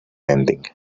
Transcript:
ending